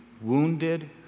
wounded